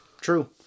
True